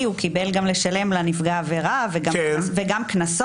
הוא קיבל גם לשלם לנפגע העבירה וגם קנסות.